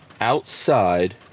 outside